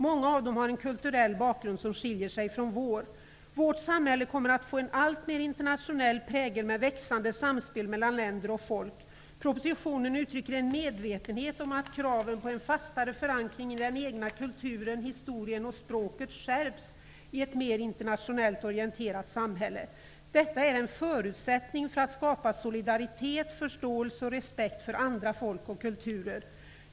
Många av dem har en kulturell bakgrund som skiljer sig från vår. Vårt samhälle kommer att få en alltmer internationell prägel, med växande samspel mellan länder och folk. I propositionen uttrycker man en medvetenhet om att kraven på en fastare förankring i den egna kulturen, historien och språket skärps i ett mer internationellt orienterat samhälle. Detta är en förutsättning för att skapa solidaritet, förståelse och respekt för andra folk och kulturer.